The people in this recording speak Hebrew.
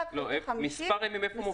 אחד חלקי 50 --- איפה מופיע מספר הימים?